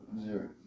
zero